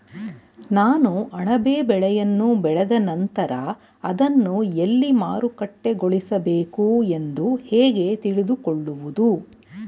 ನಾನು ಅಣಬೆ ಬೆಳೆಯನ್ನು ಬೆಳೆದ ನಂತರ ಅದನ್ನು ಎಲ್ಲಿ ಮಾರುಕಟ್ಟೆಗೊಳಿಸಬೇಕು ಎಂದು ಹೇಗೆ ತಿಳಿದುಕೊಳ್ಳುವುದು?